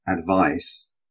advice